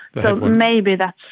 so maybe that's